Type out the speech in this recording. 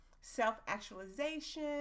self-actualization